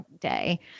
day